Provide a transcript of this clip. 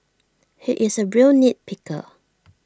he is A real nit picker